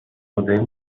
مدرن